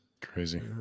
crazy